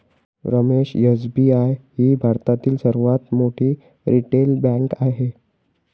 Ramesh SBI ही भारतातील सर्वात मोठी रिटेल बँक आहे